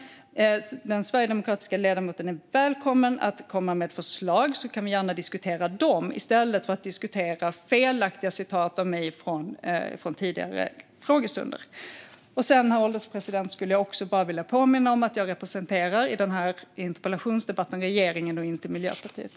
Den sverigedemokratiska ledamoten är välkommen att komma med förslag, och så kan vi gärna diskutera dem i stället för att diskutera felaktiga citat av mig från tidigare frågestunder. Herr ålderspresident! Jag vill påminna om att jag i den här interpellationsdebatten representerar regeringen och inte Miljöpartiet.